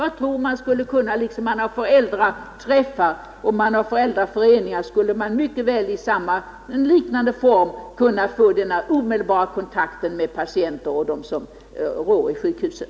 Det förekommer ju föräldraträffar och föräldraföreningar, och man borde kunna finna liknande former för omedelbara kontakter mellan patienter och de styrande inom sjukhusen.